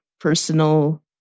personal